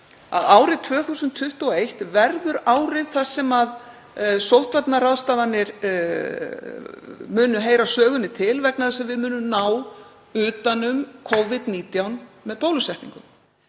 árið 2021 verður árið þar sem sóttvarnaráðstafanir munu heyra sögunni til vegna þess að við munum ná utan um Covid-19 með bólusetningum.